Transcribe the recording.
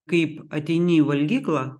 kaip ateini į valgyklą